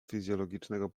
fizjologicznego